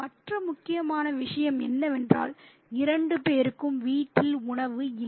மற்ற முக்கியமான விஷயம் என்னவென்றால் இரண்டு பேருக்கும் வீட்டில் உணவு இல்லை